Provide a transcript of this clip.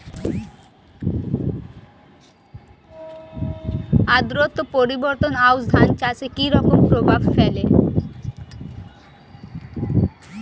আদ্রতা পরিবর্তন আউশ ধান চাষে কি রকম প্রভাব ফেলে?